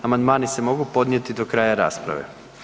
Amandmani se mogu podnijeti do kraja rasprave.